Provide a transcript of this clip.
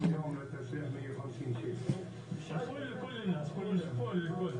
השינוי הוא לא מחלחל לשטח, זאת אומרת למרות,